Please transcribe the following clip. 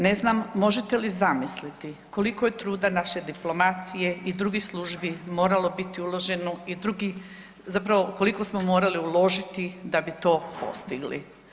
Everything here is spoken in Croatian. Ne znam možete li zamisliti koliko je truda naše diplomacije i drugih službi moralo biti uloženo i zapravo koliko smo morali uložiti da bi to postigli.